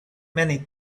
many